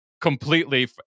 completely